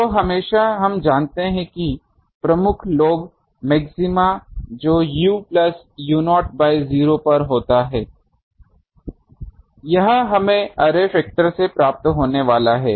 तो हमेशा हम जानते हैं कि प्रमुख लोब मैक्सिमा जो u प्लस u0 बाय 0 पर होता है यह हमें अर्रे फैक्टर से प्राप्त होने वाला है